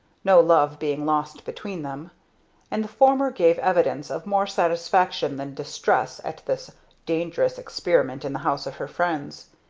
no love being lost between them and the former gave evidence of more satisfaction than distress at this dangerous experiment in the house of her friends.